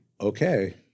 okay